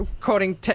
quoting